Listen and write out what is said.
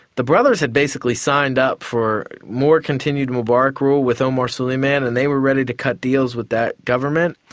the brothers had basically signed up for more continued mubarak rule with omar suleiman and they were ready to cut deals with that government.